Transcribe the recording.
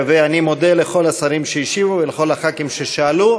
אני מודה לכל השרים שהשיבו ולכל חברי הכנסת ששאלו.